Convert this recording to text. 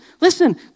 Listen